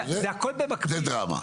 זה דרמה.